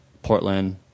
Portland